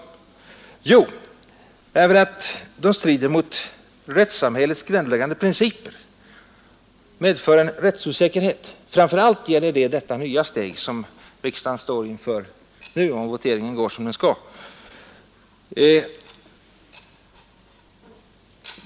Jo, därför att de strider mot rättssamhällets grundläggande principer och medför rättsosäkerhet. Framför allt gäller det detta nya steg som riksdagen står i begrepp att ta nu, om voteringen går som den skall.